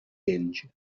hinge